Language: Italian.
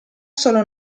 solo